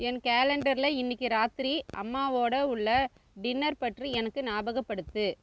என் கேலண்டரில் இன்றைக்கு ராத்திரி அம்மாவோடு உள்ள டின்னர் பற்றி எனக்கு ஞாபகப்படுத்து